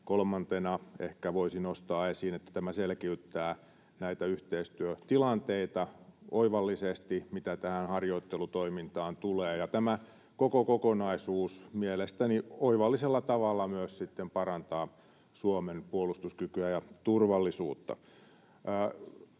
kolmantena ehkä voisi nostaa esiin, että tämä selkiyttää näitä yhteistyötilanteita oivallisesti, mitä tähän harjoittelutoimintaan tulee. Ja tämä koko kokonaisuus mielestäni oivallisella tavalla myös sitten parantaa Suomen puolustuskykyä ja turvallisuutta.